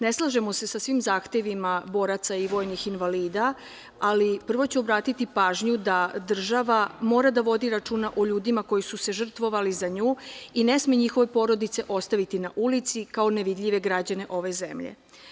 Ne slažemo se sa svim zahtevima boraca i vojnih invalida, ali prvo ću obratiti pažnju da država mora da vodi računa o ljudima koji su se žrtvovali za nju i ne sme njihove porodice ostaviti na ulici kao nevidljive građane ove zemlje.